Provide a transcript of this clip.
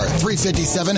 .357